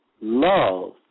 love